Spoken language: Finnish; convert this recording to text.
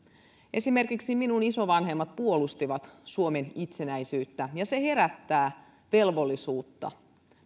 esimerkiksi minun isovanhempani puolustivat suomen itsenäisyyttä ja se herättää velvollisuutta